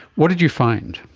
what did you find?